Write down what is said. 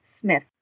Smith